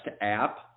app